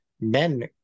men